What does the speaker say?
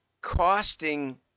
costing